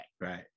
Right